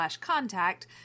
contact